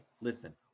listen